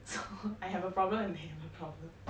so I have a problem or they have a problem